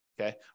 okay